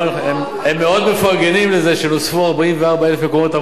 הם מאוד מפרגנים לזה שנוספו 44,000 מקומות עבודה.